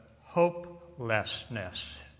hopelessness